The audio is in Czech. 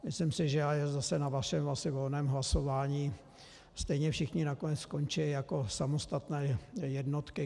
Myslím si, že na vašem volném hlasování stejně všichni nakonec skončí jako samostatné jednotky.